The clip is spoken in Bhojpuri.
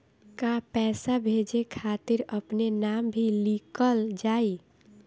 का पैसा भेजे खातिर अपने नाम भी लिकल जाइ?